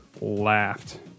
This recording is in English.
laughed